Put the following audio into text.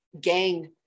gang